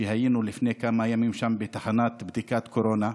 היינו שם לפני כמה ימים בתחנת בדיקת קורונה.